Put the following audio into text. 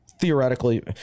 theoretically